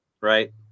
right